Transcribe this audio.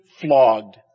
flogged